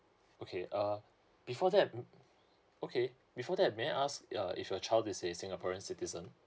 okay uh before that mm okay before that may I ask err if your child is a singaporean citizen